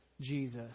Jesus